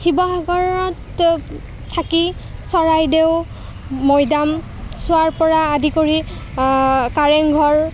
শিৱসাগৰত থাকি চৰাইদেউ মৈডাম চোৱাৰপৰা আদি কৰি কাৰেংঘৰ